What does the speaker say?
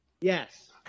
Yes